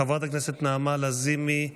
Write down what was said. חברת הכנסת נעמה לזימי,